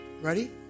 Ready